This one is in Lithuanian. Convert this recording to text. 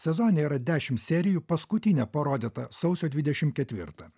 sezone yra dešim serijų paskutinė parodyta sausio dvidešim ketvirtą